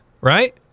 Right